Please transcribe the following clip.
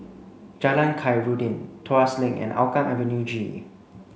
Jalan Khairuddin Tuas Link and Hougang Avenue G